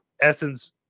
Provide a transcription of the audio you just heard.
essence